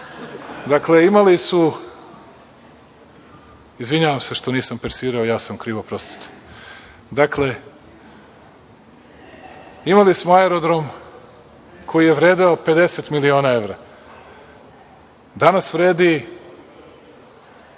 Dakle, imali su, izvinjavam se što nisam persirao, ja sam kriv, oprostite. Dakle, imali smo aerodrom koji je vredeo 50 miliona evra. Danas vredi